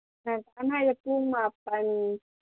ꯄꯨꯡ ꯃꯥꯄꯟ